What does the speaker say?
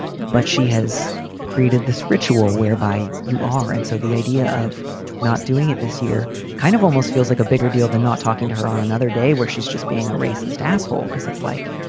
but she has created this ritual whereby you are. and so the idea of not doing it this year kind of almost feels like a bigger deal than not talking to her on another day where she's just being a racist asshole because it's like.